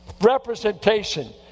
representation